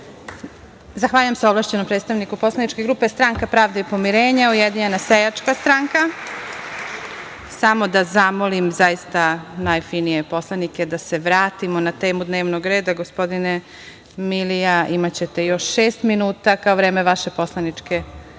Zahvaljujem se ovlašćenom predstavniku Poslaničke grupe Stranka pravde i pomirenja, Ujedinjena seljačka stranka. Samo da zamolim najfinije poslanike da se vratimo na temu dnevnog reda. Gospodine Milija, imaćete još šest minuta kao vreme vaše poslaničke grupe